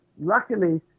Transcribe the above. luckily